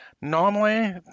normally